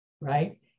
right